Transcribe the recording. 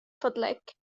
فضلك